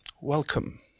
Welcome